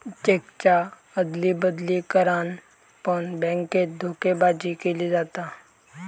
चेकच्या अदली बदली करान पण बॅन्केत धोकेबाजी केली जाता